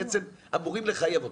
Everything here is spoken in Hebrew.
כשההנחיות אמורות לחייב אתכם.